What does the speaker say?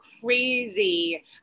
crazy